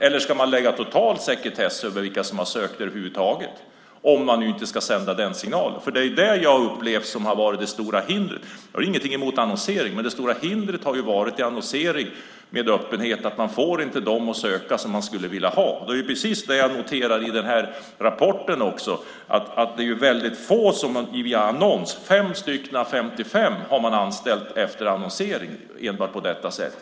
Eller ska man lägga total sekretess på vilka som har sökt över huvud taget - om man nu inte ska sända den signalen? Jag har inget emot annonsering. Men det stora hindret vid annonsering har varit att man inte får de sökande man vill ha. Det noterar jag i rapporten också. Det är ytterst få, bara 5 av 55, som har anställts efter annonsering.